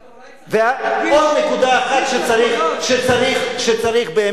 אבל אתה אולי צריך, ועוד נקודה אחת שצריך באמת